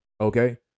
Okay